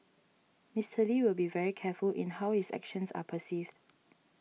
Mister Lee will be very careful in how is actions are perceived